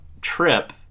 trip